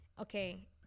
Okay